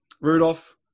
Rudolph